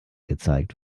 gezeigt